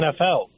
NFL